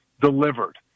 delivered